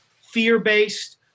fear-based